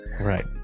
Right